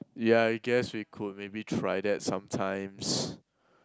ya I guess we could maybe try that sometimes